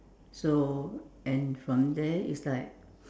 so and from there it's like